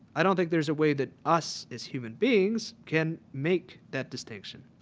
i don't think there is a way that us as human beings can make that distinction.